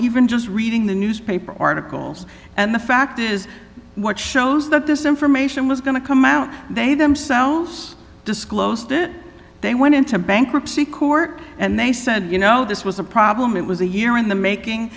even just reading the newspaper articles and the fact is what shows that this information was going to come out they themselves disclosed it they went into bankruptcy court and they said you know this was a problem it was a year in the making